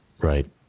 Right